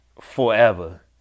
forever